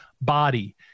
body